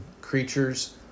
creatures